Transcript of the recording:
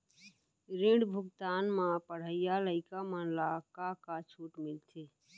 ऋण भुगतान म पढ़इया लइका मन ला का का छूट मिलथे?